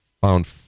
found